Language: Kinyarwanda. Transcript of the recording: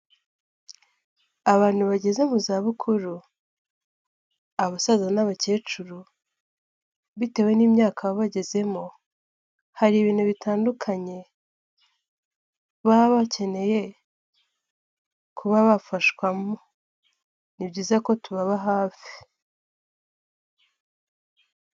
Abantu bageze mu za bukuru, abasaza n'abakecuru bitewe n'imyaka baba bagezemo, hari ibintu bitandukanye baba bakeneye kuba bafashwamo. Ni byiza ko tubaba hafi.